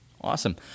awesome